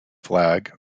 flag